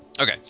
Okay